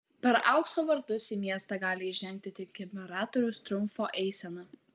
per aukso vartus į miestą gali įžengti tik imperatoriaus triumfo eisena